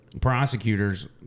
prosecutors